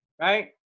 right